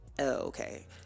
Okay